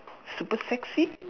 super sexy